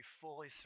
fully